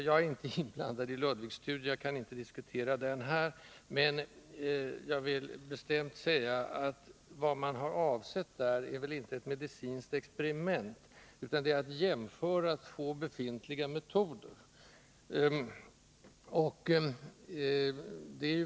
Jag är inte inblandad i Ludwigstudien, så jag kan inte diskutera den här, men jag vill bestämt säga att vad man har avsett med den väl inte är ett ”medicinskt experiment”, utan man har velat jämföra två befintliga metoder.